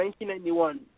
1991